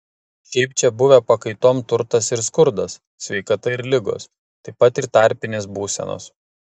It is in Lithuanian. šiaip čia buvę pakaitom turtas ir skurdas sveikata ir ligos taip pat ir tarpinės būsenos